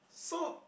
so